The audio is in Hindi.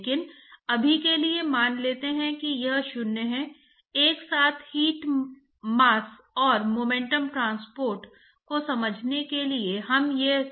और लोगों ने यह पता लगा लिया है कि कोलेस्ट्रॉल जमाव के लिए मास्स ट्रांसपोर्ट गुणांक क्या है